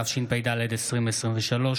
התשפ"ד 2023,